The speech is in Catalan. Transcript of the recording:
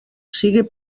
sigui